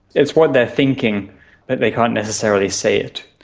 it's what they are thinking but they can't necessarily say it.